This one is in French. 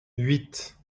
huit